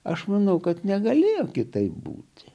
aš manau kad negali kitaip būti